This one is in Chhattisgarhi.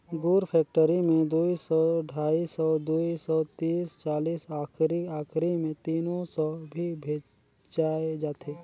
गुर फेकटरी मे दुई सौ, ढाई सौ, दुई सौ तीस चालीस आखिरी आखिरी मे तीनो सौ भी बेचाय जाथे